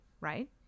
right